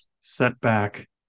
setback